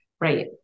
Right